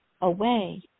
away